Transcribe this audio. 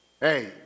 Hey